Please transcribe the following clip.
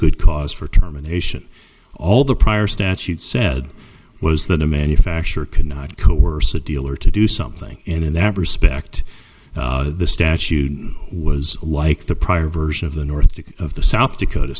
good cause for terminations all the prior statute said was that a manufacturer cannot coerce a dealer to do something and in that respect the statute was like the prior version of the north to of the south dakota